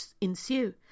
ensue